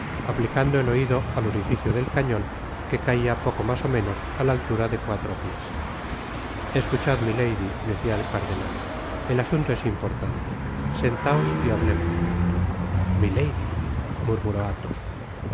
aplicando el oido al orificio del cañon que caia poco mas ó menos á la altura de cuatro piés escuchad milady decia el cardenal el asunto es importante sentaos y hablemos milady murmuró athos